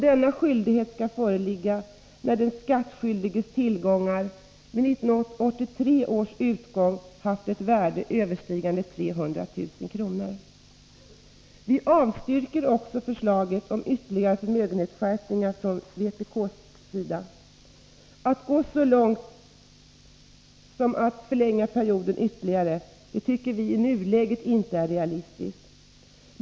Denna skyldighet skall föreligga när den skattskyldiges tillgångar vid 1983 års utgång har ett värde överstigande 300 000 kr. Vi avstyrker också det förslag om ytterligare förmögenhetsskatteskärpning som framställs i vpk:s partimotion. Att gå så långt som till att förlänga perioden till mer än ett år kan i nuläget inte anses realistiskt.